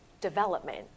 development